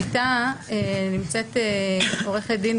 ואיתה נמצאת עורכת הדין,